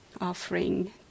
offering